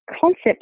concepts